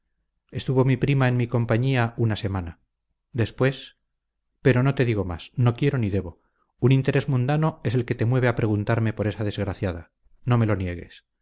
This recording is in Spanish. estuvo mi prima en mi compañía una semana después pero no te digo más no quiero ni debo un interés mundano es el que te mueve a preguntarme por esa desgraciada no me lo niegues